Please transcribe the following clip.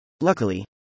Luckily